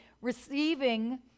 receiving